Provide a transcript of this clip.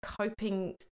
coping